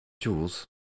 Jules